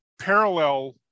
parallel